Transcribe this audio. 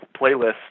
playlist